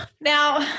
Now